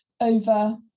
over